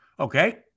Okay